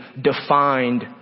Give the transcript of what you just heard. defined